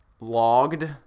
logged